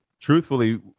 truthfully